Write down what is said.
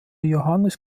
johannes